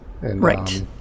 Right